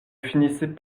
finissait